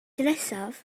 nesaf